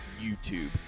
YouTube